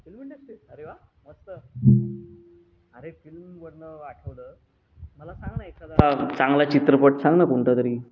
film इंडस्ट्रीत अरे वा मस्त आरे फिल्मवरनं आठवलं मला सांग ना एखादा चांगला चित्रपट सांग ना कोणता तरी